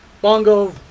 bongo